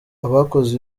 abakoze